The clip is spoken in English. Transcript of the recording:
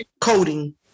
coding